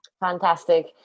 Fantastic